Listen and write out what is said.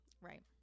right